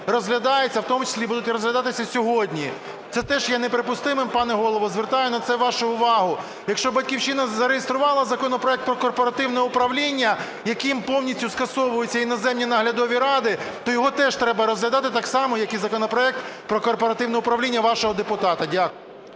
розглядаються, в тому числі будуть розглядатися сьогодні. Це теж є неприпустимим, пане Голово, звертаю на це вашу увагу. Якщо "Батьківщина" зареєструвала законопроект про корпоративне управління, яким повністю скасовуються іноземні наглядові ради, то його теж треба розглядати так само, як і законопроект про корпоративне управління вашого депутата. Дякую.